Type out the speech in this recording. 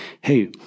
hey